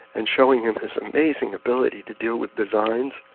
and showing him his amazing ability to deal with designs,